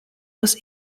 was